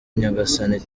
nyagasani